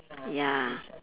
ya